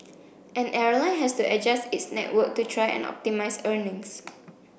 an airline has to adjust its network to try and optimise earnings